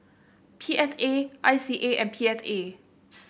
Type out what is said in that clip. P S A I C A and P S A